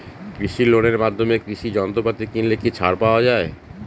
কৃষি লোনের মাধ্যমে কৃষি যন্ত্রপাতি কিনলে কি ছাড় পাওয়া যায়?